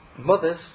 mothers